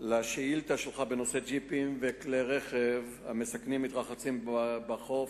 לשאילתא שלך בנושא ג'יפים וכלי רכב המסכנים מתרחצים בחוף,